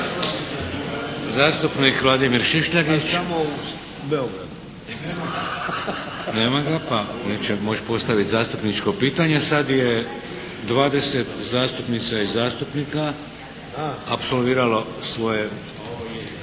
Zastupnik Vladimir Šišljagić. … /Upadica se ne razumije./ … Nema ga pa neće moći postaviti zastupničko pitanje. Sad je 20 zastupnica i zastupnika apsolviralo svoje